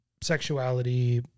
sexuality